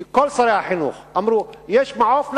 כי כל שרי החינוך אמרו: יש מעו"ף,